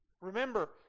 Remember